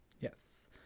Yes